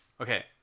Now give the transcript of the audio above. Okay